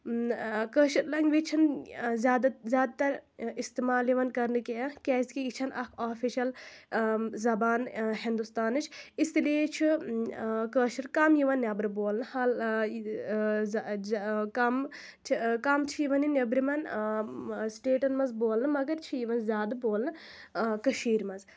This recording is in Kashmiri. کٲشِر لَنٛگویج چھَنہٕ زیادٕ زیادٕ تَر اِستعمال یِوان کرنہٕ کیٚنہہ کیٛازِکہ یہِ چھَنہٕ اَکھ آفشل زبان ہندوستانٕچ اسی لیے چھُ ٲں کٲشُر کَم یِوان نٮ۪برٕ بولنہٕ کم چھِ کم چھِ یِوان یہِ نیٚبرمٮ۪ن ٲں سِٹیٹَن منٛز بولنہٕ مگر چھِ یِوان زیادٕ بولنہٕ ٲں کٔشیٖر منٛز